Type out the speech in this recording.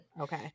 Okay